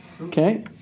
Okay